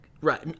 Right